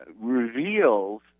reveals